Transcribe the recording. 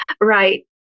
Right